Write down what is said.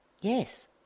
Yes